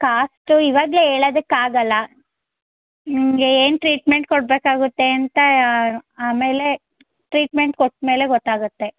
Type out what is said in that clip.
cost ಇವಾಗಲೇ ಹೇಳೋದಕ್ಕಾಗೊಲ್ಲ ಹ್ಞೂಂ ಏ ಏನು ಟ್ರೀಟ್ಮೆಂಟ್ ಕೊಡಬೇಕಾಗುತ್ತೆ ಅಂತ ಆಮೇಲೆ ಟ್ರೀಟ್ಮೆಂಟ್ ಕೊಟ್ಮೇಲೆ ಗೊತ್ತಾಗುತ್ತೆ